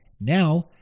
Now